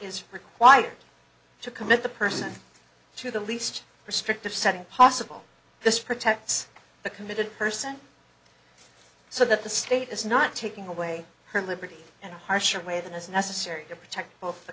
is required to commit the person to the least restrictive setting possible this protects the committed person so that the state is not taking away her liberty and a harsher way than is necessary to protect both the